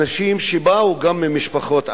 אנשים שבאו גם ממשפחות עניות,